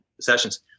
sessions